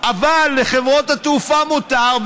אבל לחברות התעופה מותר,